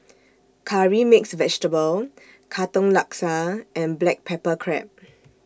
Curry Mixed Vegetable Katong Laksa and Black Pepper Crab